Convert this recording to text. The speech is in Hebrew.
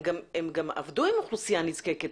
הם גם עבדו עם אוכלוסייה נזקקת.